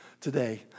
today